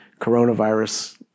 coronavirus